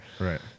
Right